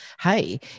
hey